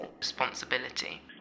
Responsibility